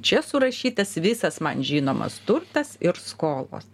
čia surašytas visas man žinomas turtas ir skolos